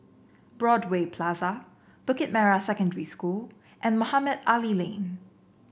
Broadway Plaza Bukit Merah Secondary School and Mohamed Ali Lane